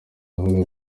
avuga